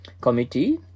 committee